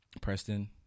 Preston